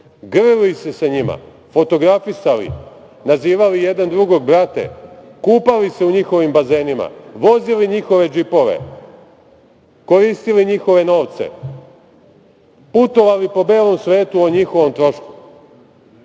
grlili se sa njima, fotografisali, nazivali jedan drugog brate, kupali se u njihovim bazenima, vozili njihove džipove, koristili njihove novce, putovali po belom svetu o njihovom trošku,